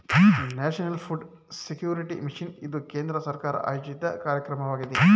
national food security mission ಇದು ಕೇಂದ್ರ ಸರ್ಕಾರ ಆಯೋಜಿತ ಕಾರ್ಯಕ್ರಮವಾಗಿದೆ